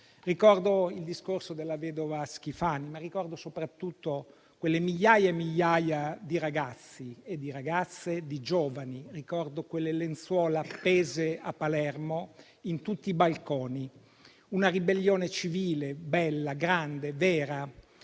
Ricordo il discorso della vedova Schifani, ma ricordo soprattutto quelle migliaia di ragazze e di ragazzi, di giovani, quelle lenzuola appese a Palermo in tutti i balconi. Era una ribellione civile, bella, grande, vera.